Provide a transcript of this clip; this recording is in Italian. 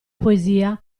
poesia